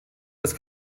das